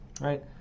right